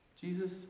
Jesus